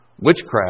Witchcraft